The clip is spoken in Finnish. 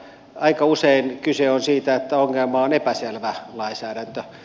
aika usein kyse on siitä että ongelma on epäselvä lainsäädäntö